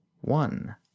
one